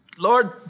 Lord